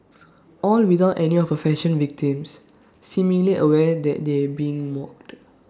all without any of fashion victims seemingly aware that they being mocked